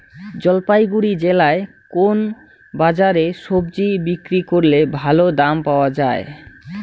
জলপাইগুড়ি জেলায় কোন বাজারে সবজি বিক্রি করলে ভালো দাম পাওয়া যায়?